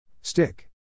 Stick